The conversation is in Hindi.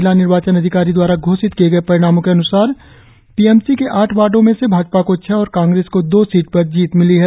जिला निर्वाचन अधिकारी दवारा घोषित किए गए परिणामों के अन्सार पी एम सी के आठ वार्डो मे से भाजपा को छह और कांग्रेस को दो सीट पर जीत मिली है